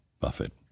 Buffett